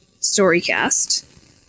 StoryCast